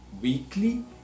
weekly